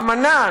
"אמנה",